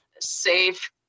safe